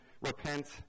repent